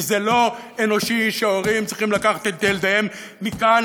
כי זה לא אנושי שהורים צריכים לקחת את ילדיהם מכאן